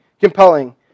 compelling